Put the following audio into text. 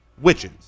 witches